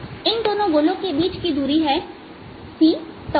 इन दोनों गोलो के बीच की दूरी c x 𝜏